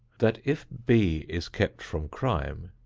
that if b is kept from crime,